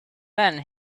then